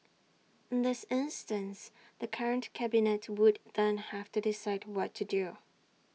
in this instance the current cabinet would then have to decide what to do